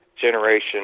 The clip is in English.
generation